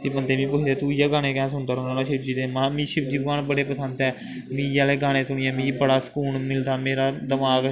फ्ही बंदे मीं पुच्छदे तूं इयै गाने कैं सुनदा रौंह्दा रौह्न्ना होन्नां शिवजी दे महां मिगी शिवजी भगवान बड़े पसंद ऐ मिगी इयै लेह् गाने सुनियै मिगी बड़ा सकून मिलदा मेरा दमाक